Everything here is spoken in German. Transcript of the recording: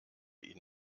ihn